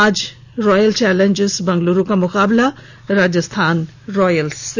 आज royal challengers Bangalore का मुकाबला राजस्थान रॉयल्स से